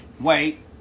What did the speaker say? wait